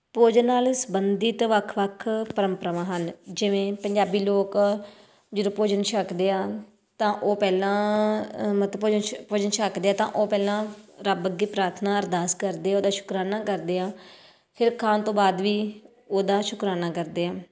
ਭੋਜਨ ਨਾਲ ਸੰਬੰਧਿਤ ਵੱਖ ਵੱਖ ਪਰੰਪਰਾਵਾਂ ਹਨ ਜਿਵੇਂ ਪੰਜਾਬੀ ਲੋਕ ਜਦੋਂ ਭੋਜਨ ਛਕਦੇ ਆ ਤਾਂ ਉਹ ਪਹਿਲਾਂ ਮਤ ਭੋਜਨ ਛ ਭੋਜਨ ਛਕਦੇ ਆ ਤਾਂ ਉਹ ਪਹਿਲਾਂ ਰੱਬ ਅੱਗੇ ਪ੍ਰਾਰਥਨਾ ਅਰਦਾਸ ਕਰਦੇ ਆ ਉਹਦਾ ਸ਼ੁਕਰਾਨਾ ਕਰਦੇ ਆ ਫੇਰ ਖਾਣ ਤੋਂ ਬਾਅਦ ਵੀ ਉਹਦਾ ਸ਼ੁਕਰਾਨਾ ਕਰਦੇ ਆ